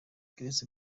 chris